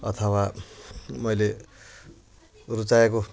अथवा मैले रुचाएको